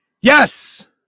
Yes